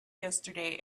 yesterday